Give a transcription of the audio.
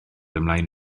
ymlaen